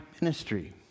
ministry